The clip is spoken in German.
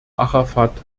arafat